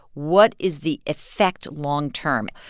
what is the effect long-term?